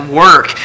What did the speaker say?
work